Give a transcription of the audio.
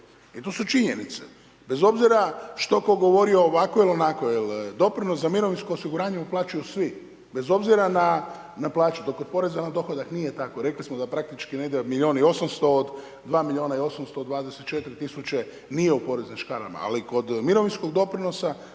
to su činjenice, bez obzira što tko govorio ovako ili onako, jer doprinos za mirovinsko osiguranje uplaćuju svi bez obzira na plaće, dok kod poreza na dohodak nije tako. Rekli smo da praktički negdje milijun i 800, od 2 milijuna 800 od 24 tisuće nije u poreznim škarama. Ali kod mirovinskog doprinosa,